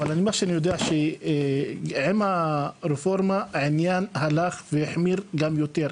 אבל מה שאני יודע עם הרפורמה העניין הלך והחמיר גם יותר.